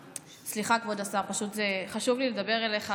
סליחה, כבוד השר, פשוט חשוב לי לדבר אליך.